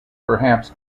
perhaps